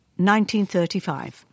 1935